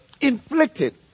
inflicted